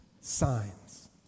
signs